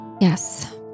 Yes